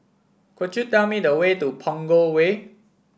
could you tell me the way to Punggol Way